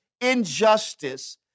injustice